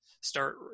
Start